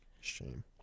Shame